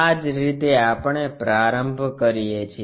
આ જ રીતે આપણે પ્રારંભ કરીએ છીએ